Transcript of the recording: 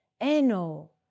Eno